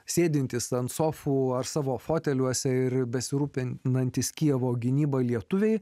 sėdintys ant sofų ar savo foteliuose ir besirūpinantis kijevo gynyba lietuviai